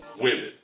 women